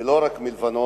ולא רק מלבנון,